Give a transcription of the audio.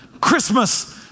Christmas